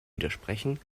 widersprechen